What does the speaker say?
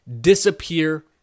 disappear